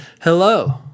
Hello